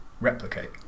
replicate